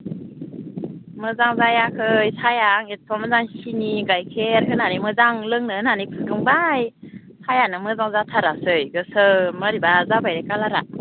मोजां जायाखै साहाया आं एथ' मोजां सिनि गायखेर होनानै मोजां लोंनो होननानै फुदुंबाय साहायानो मोजां जाथारासै गोसोम मोरैबा जाबाय कालारा